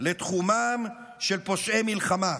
/ לתחומם של פושעי מלחמה".